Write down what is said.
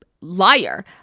liar